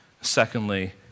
Secondly